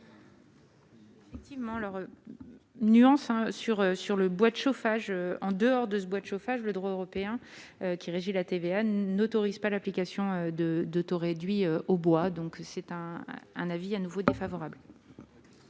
Effectivement, nuance sur sur le bois de chauffage en dehors de ce bois de chauffage, le droit européen qui régit la TVA n'autorise pas l'application de 2 taux réduits au bois, donc c'est un un avis à nouveau défavorable.